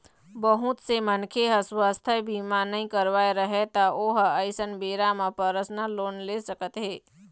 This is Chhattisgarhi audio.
बहुत से मनखे मन ह सुवास्थ बीमा नइ करवाए रहय त ओ ह अइसन बेरा म परसनल लोन ले सकत हे